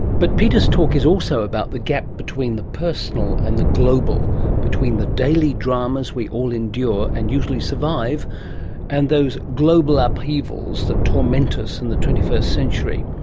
but peter's talk is also about the gap between the personal and the global, between the daily dramas we all endure and usually survive and those global upheavals that torment us in and the twenty first century.